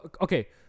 okay